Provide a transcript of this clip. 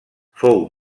fou